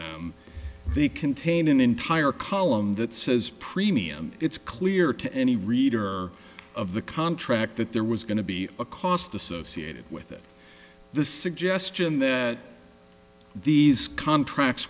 them they contain an entire column that says premium it's clear to any reader of the contract that there was going to be a cost associated with it the suggestion that these contracts